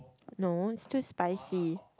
no it's too spicy